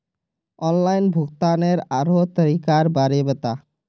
online भुग्तानेर आरोह तरीकार बारे बता